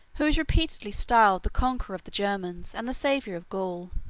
who is repeatedly styled the conqueror of the germans, and the savior of gaul.